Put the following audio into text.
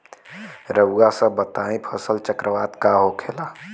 रउआ सभ बताई फसल चक्रवात का होखेला?